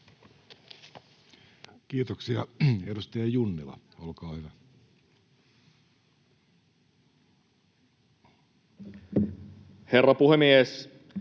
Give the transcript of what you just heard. Kiitoksia. — Edustaja Junnila, olkaa hyvä. Herra puhemies!